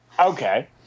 Okay